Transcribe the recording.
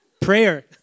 Prayer